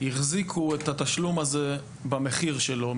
החזיקו את התשלום הזה במחיר שלו,